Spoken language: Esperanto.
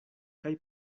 kaj